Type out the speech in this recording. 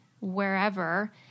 wherever